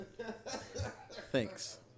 Thanks